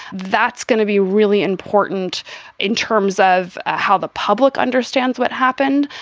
that's going to be really important in terms of how the public understands what happened.